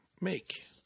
Make